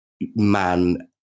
man